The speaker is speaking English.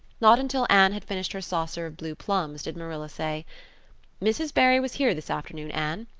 not until anne had finished her saucer of blue plums did marilla say mrs. barry was here this afternoon, anne.